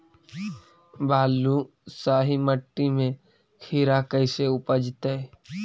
बालुसाहि मट्टी में खिरा कैसे उपजतै?